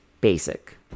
basic